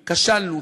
כשלנו,